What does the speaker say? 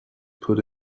put